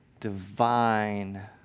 divine